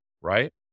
right